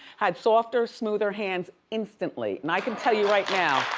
had softer, smoother hands instantly. and i can tell you right now.